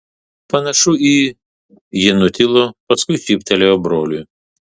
panašu į ji nutilo paskui šyptelėjo broliui